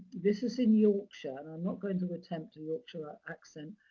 this is in yorkshire. and i'm not going to attempt a yorkshire ah accent.